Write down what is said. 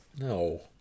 No